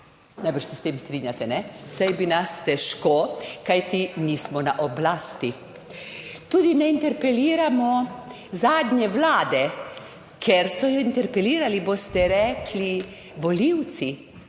najbrž se s tem strinjate. Saj bi nas težko, kajti nismo na oblasti. Tudi ne interpeliramo zadnje vlade, ker so jo interpelirali, boste rekli, volivci